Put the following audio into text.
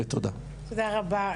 תודה רבה.